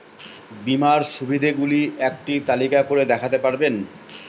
বীমার সুবিধে গুলি একটি তালিকা করে দেখাতে পারবেন?